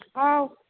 ꯑꯧ